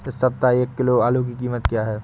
इस सप्ताह एक किलो आलू की कीमत क्या है?